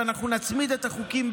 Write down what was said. ואנחנו נצמיד את החוקים.